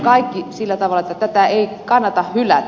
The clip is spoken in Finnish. kaikki on sillä tavalla että tätä ei kannata hylätä